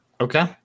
Okay